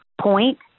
point